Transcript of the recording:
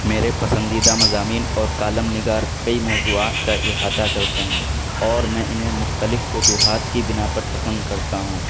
میرے پسندیدہ مضامین اور کالم نگار کئی موضوعات کا احاطہ کرتے ہیں اور میں انہیں مختلف وجوہات کی بنا پر پسند کرتا ہوں